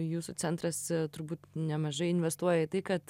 jūsų centras turbūt nemažai investuoja į tai kad